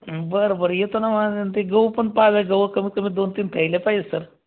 बरं बरं येतो ना मग आणि ते गहू पण पाहजा गहू कमीतकमी दोन तीन थैल्या पाहिजे आहेत सर